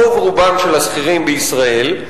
רוב רובם של השכירים בישראל.